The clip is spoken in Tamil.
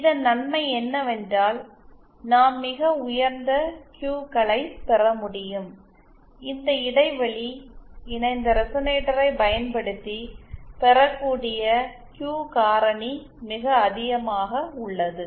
இதன் நன்மை என்னவென்றால் நாம் மிக உயர்ந்த Q களைப் பெற முடியும் இந்த இடைவெளி இணைந்த ரெசனேட்டரைப் பயன்படுத்தி பெறக்கூடிய Q காரணி மிக அதிகமாக உள்ளது